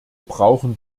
brauchen